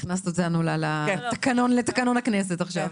הכנסת אותנו לתקנון הכנסת עכשיו.